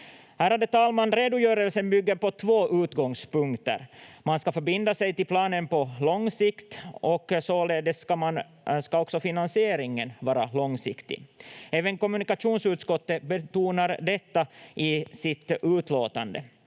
Ärade talman! Redogörelsen bygger på två utgångspunkter. Man ska förbinda sig till planen på lång sikt och således ska också finansieringen vara långsiktig. Även kommunikationsutskottet betonar detta i sitt utlåtande.